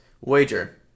wager